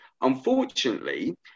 Unfortunately